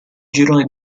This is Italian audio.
girone